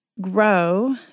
grow